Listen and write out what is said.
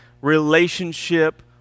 relationship